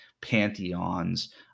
pantheons